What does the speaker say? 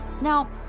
Now